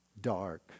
dark